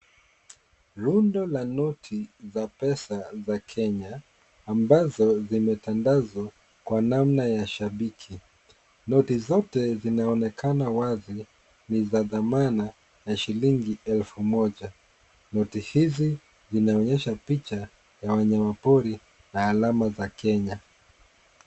Rundo la noti za pesa za Kenya ambazo zimetandazwa kwa namna ya shabiki. Noti zote zinaonekana wazi; ni za thamana za shilingi elfu moja. Noti hizi zinaonyesha picha za wanyama pori na alama za Kenya.